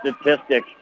statistic